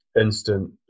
instant